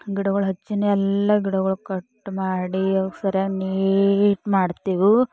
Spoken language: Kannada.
ಗಿಡಗಳು ಹೆಚ್ಚಿನ ಎಲ್ಲ ಗಿಡಗಳು ಕಟ್ ಮಾಡಿ ಅವು ಸರಿಯಾಗಿ ನೀಟ್ ಮಾಡ್ತೇವೆ